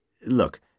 Look